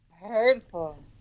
hurtful